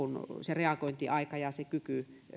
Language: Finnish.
reagointiaika ja kyky